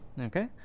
Okay